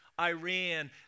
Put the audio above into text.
Iran